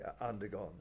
undergone